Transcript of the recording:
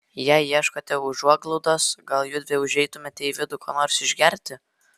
jei ieškote užuoglaudos gal judvi užeitumėte į vidų ko nors išgerti